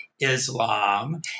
Islam